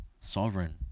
sovereign